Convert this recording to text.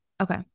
Okay